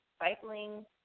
cycling